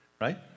right